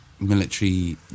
military